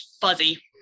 fuzzy